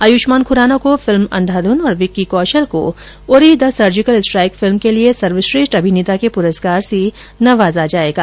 आयुष्मान ख्राना को फिल्म अंधाध्न और विक्की कौशल को Uri the surgical strike film के लिए सर्वश्रेष्ठ अभिनेता के पुरस्कार से नवाजा जाएगा